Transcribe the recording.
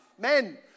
Men